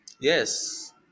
yes